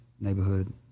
neighborhood